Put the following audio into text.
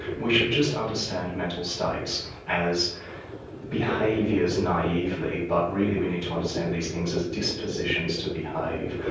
we should just understand mental states as behaviours naively, but really we need to understand these things as dispositions to behave.